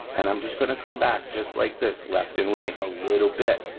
and i'm just gonna come back just like this, left and right a little bit,